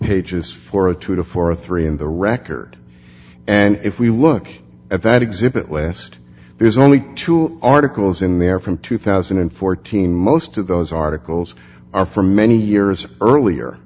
pages for a two dollars to forty three dollars in the record and if we look at that exhibit last there's only two articles in there from two thousand and fourteen most of those articles are for many years earlier